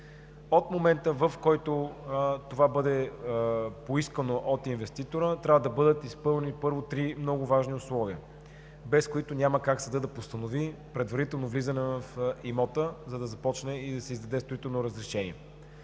От момента, в който това бъде поискано от инвеститора, трябва да бъдат изпълнени три много важни условия, без които съдът няма как да постанови предварително влизане в имота, за да започне или да се издаде строително разрешение.